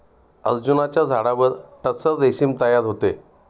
अर्जुनाच्या झाडावर टसर रेशीम तयार होते